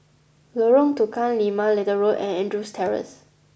Lorong Tukang Lima Little Road and Andrews Terrace